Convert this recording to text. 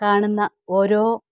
കാണുന്ന ഓരോ